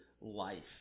life